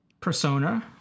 persona